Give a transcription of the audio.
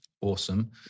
awesome